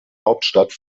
hauptstadt